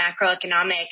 macroeconomic